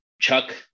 Chuck